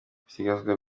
ibisigazwa